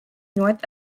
north